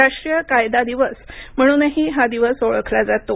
राष्ट्रीय कायदा दिवस म्हणूनही हा दिवस ओळखला जातो